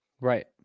right